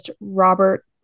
Robert